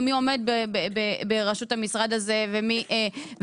אני יודעת גם מי עומד בראשות המשרד הזה ומי השר,